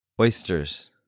Oysters